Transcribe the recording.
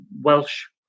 Welsh